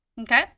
okay